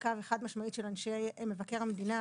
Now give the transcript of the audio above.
חזקה וחד משמעית של אנשי מבקר המדינה